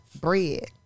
bread